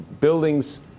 buildings